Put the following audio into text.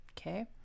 Okay